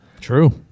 True